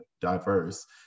diverse